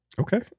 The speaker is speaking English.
Okay